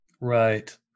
Right